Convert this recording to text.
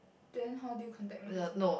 then how did you contact me just now